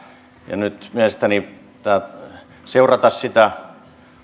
ja nyt mielestäni pitää seurata sitä